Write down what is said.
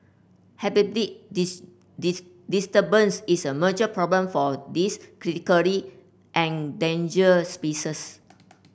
diss diss disturbance is a major problem for a this critically endangered species